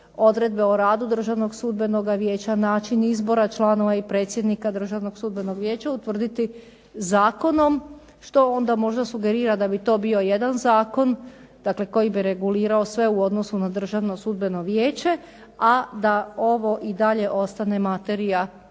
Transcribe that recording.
odredbe o radu Državnog sudbenog vijeća, način izbor članova i predsjednika Državnog sudbenog vijeća utvrditi zakonom što onda možda sugerira da bi to bio jedan zakon koji bi regulirao sve u odnosu na Državno sudbeno vijeće, a da ovo i dalje ostane materija